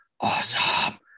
Awesome